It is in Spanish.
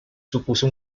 supuso